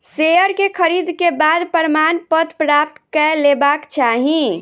share के खरीद के बाद प्रमाणपत्र प्राप्त कय लेबाक चाही